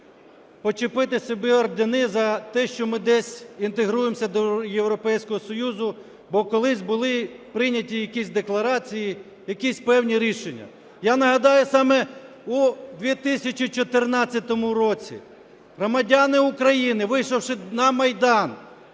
почепити собі ордени за те, що ми десь інтегруємося до Європейського Союзу, бо колись були прийняті якісь декларації, якісь певні рішення. Я нагадаю, саме у 2014 році громадяни України, вийшовши на Майдан,